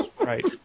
right